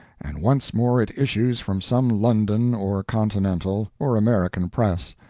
and once more it issues from some london or continental or american press,